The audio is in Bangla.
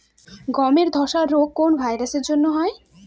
গমের ধসা রোগ কোন ভাইরাস এর জন্য হয়?